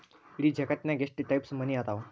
ಇಡೇ ಜಗತ್ತ್ನ್ಯಾಗ ಎಷ್ಟ್ ಟೈಪ್ಸ್ ಮನಿ ಅದಾವ